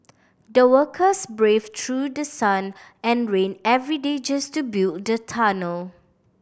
the workers braved through the sun and rain every day just to build the tunnel